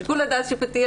זה שיקול דעת שיפוטי,